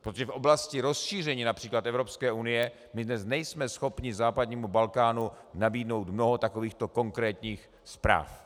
Protože v oblasti rozšíření například Evropské unie my dnes nejsme schopni západnímu Balkánu nabídnout mnoho takovýchto konkrétních zpráv.